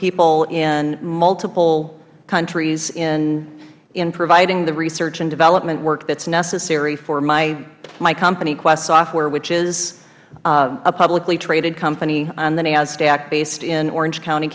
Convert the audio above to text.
people in multiple countries in providing the research and development work that is necessary for my company quest software which is a publicly traded company on the nasdaq based in orange county